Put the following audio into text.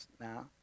Now